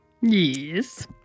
yes